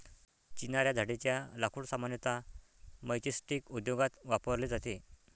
चिनार या झाडेच्या लाकूड सामान्यतः मैचस्टीक उद्योगात वापरले जाते